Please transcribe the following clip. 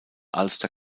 ulster